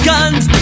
Guns